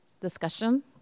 discussion